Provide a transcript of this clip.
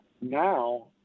Now